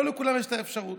לא לכולם יש האפשרות.